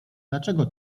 dlaczego